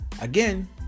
again